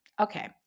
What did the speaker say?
Okay